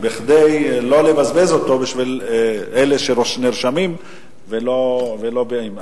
כדי שלא לבזבז אותו בשביל אלה שנרשמים ולא באים.